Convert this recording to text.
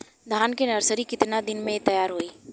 धान के नर्सरी कितना दिन में तैयार होई?